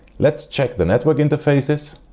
let's check the network interfaces.